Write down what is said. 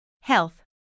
Health